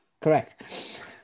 Correct